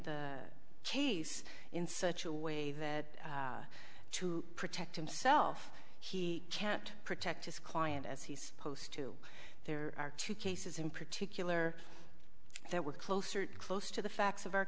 the case in such a way that to protect himself he can't protect his client as he's supposed to there are two cases in particular that were closer to close to the facts of our